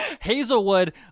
Hazelwood